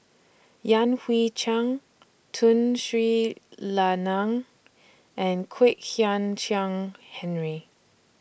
Yan Hui Chang Tun Sri Lanang and Kwek Hian Chuan Henry